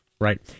Right